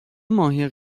ماهی